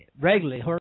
regularly